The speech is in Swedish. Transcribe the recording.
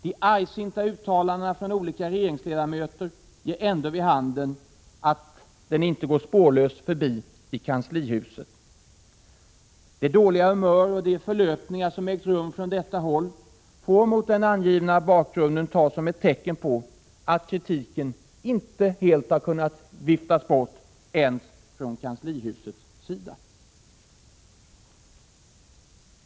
De argsinta uttalandena från olika regeringsledamöter ger ändå vid handen att den inte går spårlöst förbi i kanslihuset. Det dåliga humör och de förlöpningar som ägt rum från detta håll får mot den angivna bakgrunden tas som ett tecken på att kritiken inte helt har kunnat viftas bort ens från kanslihusets sida.